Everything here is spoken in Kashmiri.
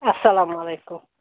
اَسلامُ علیکُم